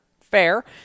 fair